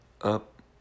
up